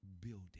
building